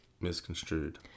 Misconstrued